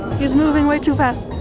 he's moving way too fast.